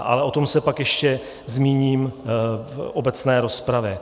Ale o tom se pak ještě zmíním v obecné rozpravě.